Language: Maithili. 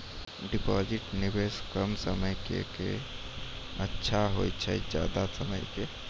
डिपॉजिट निवेश कम समय के के अच्छा होय छै ज्यादा समय के?